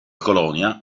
colonia